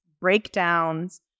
breakdowns